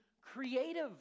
creative